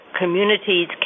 communities